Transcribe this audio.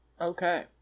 Okay